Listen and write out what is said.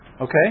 Okay